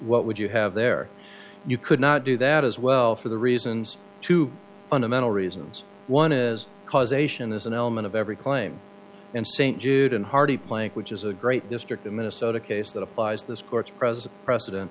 what would you have there you could not do that as well for the reasons to fundamental reasons one is causation is an element of every claim and st jude and hardy plank which is a great district in minnesota case that applies the sports president precedent